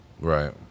Right